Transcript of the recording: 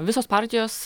visos partijos